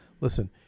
listen